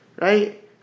right